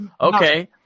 Okay